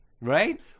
Right